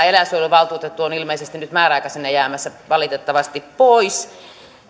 eläinsuojeluvaltuutettu on nyt ilmeisesti määräaikaisena jäämässä valitettavasti pois